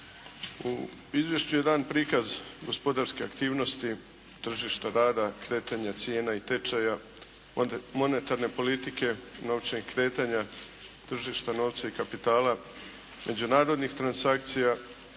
U izvješću je dan prikaz gospodarske aktivnosti tržišta rada, kretanja cijena i tečaja od monetarne politike, novčanih kretanja, tržišta novca i kapitala, međunarodnih transakcija,